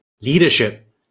Leadership